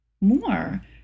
more